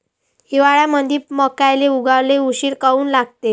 हिवाळ्यामंदी मक्याले उगवाले उशीर काऊन लागते?